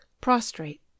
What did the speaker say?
prostrate